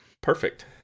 Perfect